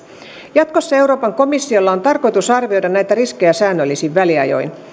jatkossa euroopan komissiolla on tarkoitus arvioida näitä riskejä säännöllisin väliajoin